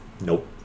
Nope